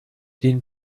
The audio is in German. den